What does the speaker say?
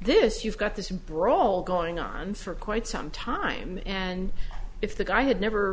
this you've got this brawl going on for quite some time and if the guy had never